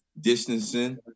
distancing